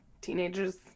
teenagers